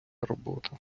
робота